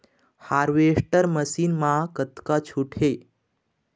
Harvester machine मा कतका छूट हे?